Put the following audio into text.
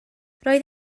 roedd